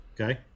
Okay